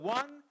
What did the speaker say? one